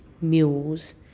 mules